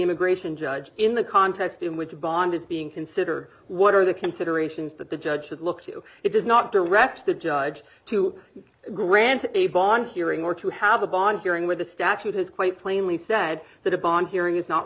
immigration judge in the context in which a bond is being considered what are the considerations that the judge should look to it does not direct the judge to grant a bond hearing or to have a bond hearing with the statute has quite plainly said that a bond hearing is not